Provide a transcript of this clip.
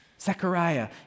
Zechariah